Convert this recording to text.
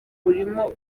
burimo